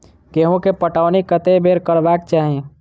गेंहूँ केँ पटौनी कत्ते बेर करबाक चाहि?